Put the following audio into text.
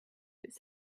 bis